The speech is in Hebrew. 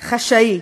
חשאי.